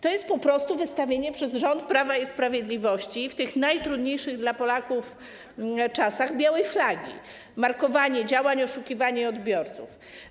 To jest po prostu wywieszenie przez rząd Prawa i Sprawiedliwości w tych najtrudniejszych dla Polaków czasach białej flagi, markowanie działań, oszukiwanie odbiorców.